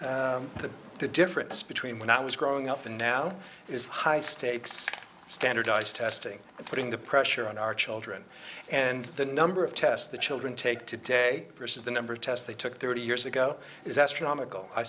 to the difference between when i was growing up and now is high stakes standardized testing and putting the pressure on our children and the number of tests the children take today versus the number of tests they took thirty years ago is astronomical i